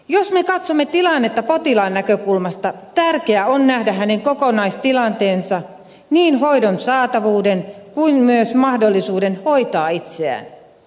jos me katsomme tilannetta potilaan näkökulmasta tärkeää on nähdä hänen kokonaistilanteensa niin hoidon saatavuus kuin myös mahdollisuus hoitaa itseään